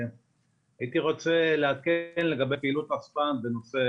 הייתי רוצה לעדכן לגבי הפעילות בנושא